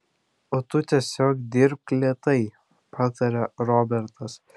o tu tiesiog dirbk lėtai patarė robertas